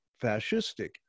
fascistic